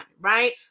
right